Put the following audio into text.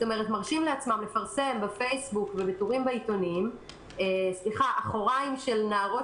מרשים לעצמם לפרסם בפייסבוק ובטורים בעיתונים אחוריים של נערות